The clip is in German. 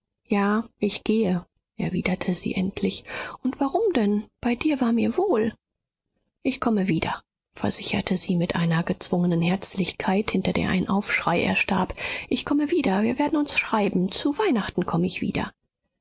ja ich gehe erwiderte sie endlich und warum denn bei dir war mir wohl ich komme wieder versicherte sie mit einer gezwungenen herzlichkeit hinter der ein aufschrei erstarb ich komme wieder wir werden uns schreiben zu weihnachten komm ich wieder